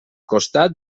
costat